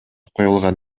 коюлган